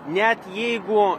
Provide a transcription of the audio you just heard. net jeigu